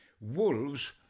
Wolves